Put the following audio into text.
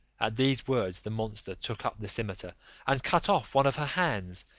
at these words the monster took up the cimeter and cut off one of her hands,